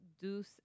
deuce